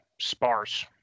sparse